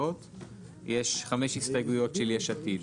יש 5 הסתייגויות של יש עתיד.